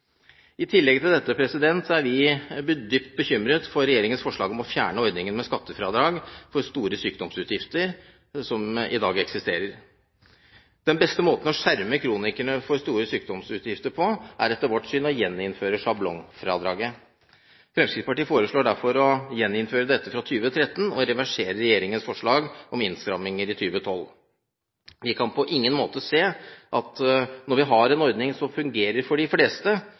I tillegg til dette er vi dypt bekymret for regjeringens forslag om å fjerne ordningen med skattefradrag, som i dag eksisterer, for store sykdomsutgifter. Den beste måten å skjerme kronikerne for store sykdomsutgifter på er etter vårt syn å gjeninnføre sjablongfradraget. Fremskrittspartiet foreslår derfor å gjeninnføre dette fra 2013 og reverserer regjeringens forslag til innstramming fra 2012. Vi kan på ingen måte se at når vi har en ordning som fungerer for de fleste,